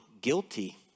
guilty